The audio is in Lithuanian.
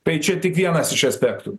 tai čia tik vienas iš aspektų